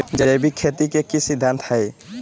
जैविक खेती के की सिद्धांत हैय?